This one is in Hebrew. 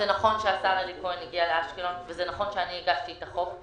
נכון שהשר אלי כהן הגיע לאשקלון ונכון שאני הגשתי את הצעת החוק.